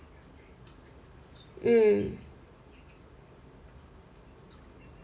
mm